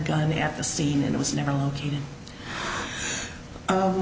guy at the scene and it was never located